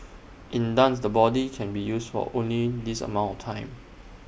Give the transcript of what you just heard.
in dance the body can be used for only this amount of time